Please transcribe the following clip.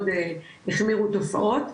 מאוד החמירו תופעות,